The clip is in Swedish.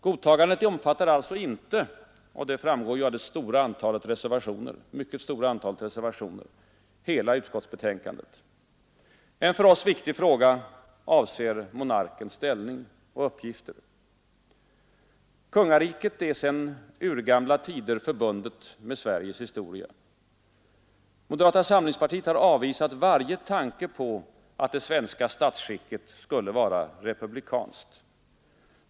Godtagandet omfattar alltså inte — som framgår av det mycket stora antalet reservationer — hela utskottsbetänkandet. En för oss viktig fråga avser monarkens ställning och uppgifter. Kungariket är sedan urgamla tider förbundet med Sveriges historia. Moderata samlingspartiet har avvisat varje tanke på att det svenska statsskicket skall vara republikanskt.